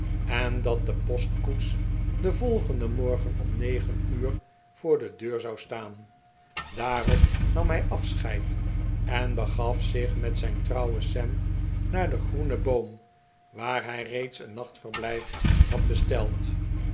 en dat de postkoets den volgenden morgen ora negen uur voor de deur zou staan daarop nam hij afscheid en begaf zich met zijn trouwen sam naar de groene boom waar hij reeds een nachtverblijf had besteld